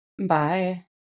Bye